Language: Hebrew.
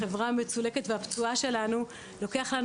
בחברה המצולקת והפצועה שלנו לוקח לנו